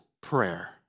prayer